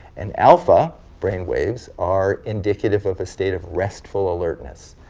and alpha brain waves are indicative of a state of restful alertness,